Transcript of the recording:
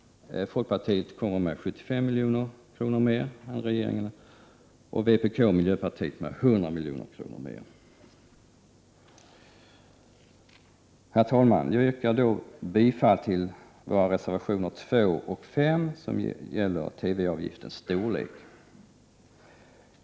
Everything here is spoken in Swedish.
Folkpartiet föreslår 75 milj.kr., och vpk och miljöpartiet 100 milj.kr. utöver regeringsförslaget. Herr talman! Jag yrkar bifall till reservationerna 2 och 5, som gäller TV-avgiftens storlek.